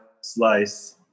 slice